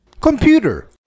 computer